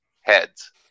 heads